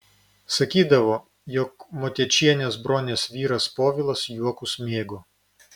sakydavo jog motiečienės bronės vyras povilas juokus mėgo